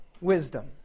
wisdom